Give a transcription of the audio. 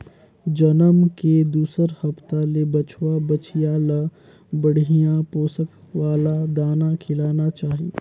जनम के दूसर हप्ता ले बछवा, बछिया ल बड़िहा पोसक वाला दाना खिलाना चाही